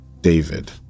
David